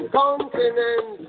continent